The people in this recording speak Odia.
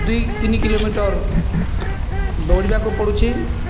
ଦୁଇ ତିନି କିଲୋମିଟର ଦୌଡ଼ିବାକୁ ପଡ଼ୁଛି